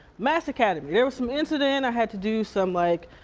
mass academy. there was some incident. i had to do some like,